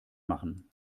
machen